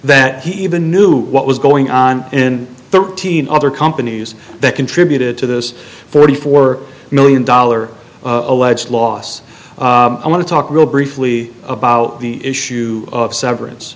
that he even knew what was going on in thirteen other companies that contributed to this thirty four million dollar alleged loss i want to talk real briefly about the issue of severance